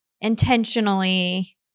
intentionally